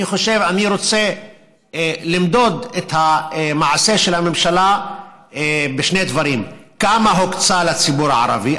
אני רוצה למדוד את המעשה של הממשלה בשני דברים: כמה הוקצה לציבור הערבי?